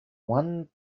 one